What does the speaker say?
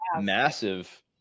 massive